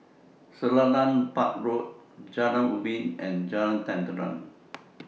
Selarang Park Road Jalan Ubi and Jalan Tenteram